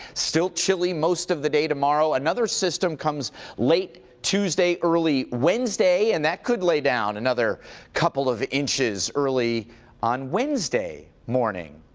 still chilly most of the day tomorrow. another system comes late tuesday, early wednesday, and could lay down another couple of inches early on wednesday morning.